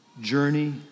journey